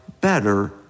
better